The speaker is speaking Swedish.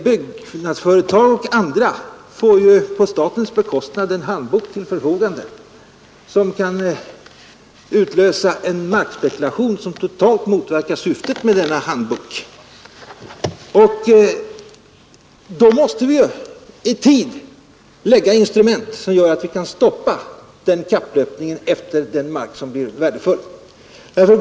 Byggnadsföretag och andra får på statens bekostnad en handbok till sitt förfogande, som kan utlösa en markspekulation som totalt motverkar syftet med riksplanen. Då måste vi ju i tid skaffa oss instrument som gör att vi kan stoppa kapplöpningen efter den mark som blir värdefull.